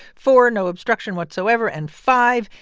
four, no obstruction whatsoever, and five,